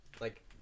like-